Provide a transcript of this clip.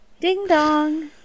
Ding-dong